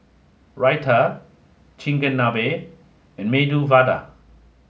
Raita Chigenabe and Medu Vada